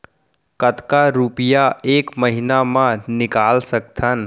कतका रुपिया एक महीना म निकाल सकथन?